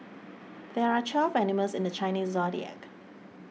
there are twelve animals in the Chinese zodiac